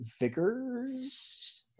Vickers